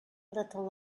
little